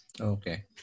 Okay